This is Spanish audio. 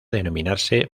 denominarse